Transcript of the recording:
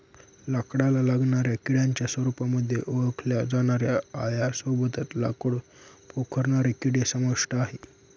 लाकडाला लागणाऱ्या किड्यांच्या रूपामध्ये ओळखल्या जाणाऱ्या आळ्यां सोबतच लाकूड पोखरणारे किडे समाविष्ट आहे